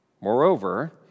Moreover